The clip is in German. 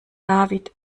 david